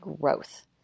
growth